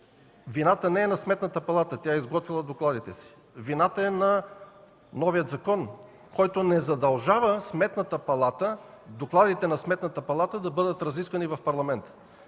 Вината не е на Сметната палата. Тя е изготвила докладите си. Вината е на новия закон, който не задължава докладите на Сметната палата да бъдат разисквани в Парламента.